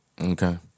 Okay